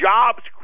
Jobs